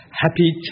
happy